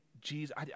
Jesus